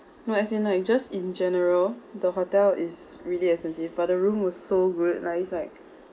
no as in like just in general the hotel is really expensive but the room was so good like it's like